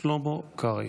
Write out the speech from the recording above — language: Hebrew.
שלמה קרעי,